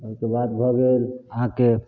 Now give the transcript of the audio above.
ओइके बाद भऽ गेल अहाँके